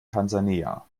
tansania